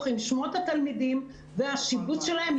עם שמות התלמידים והשיבוץ שלהם לפי השעות.